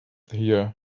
here